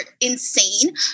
insane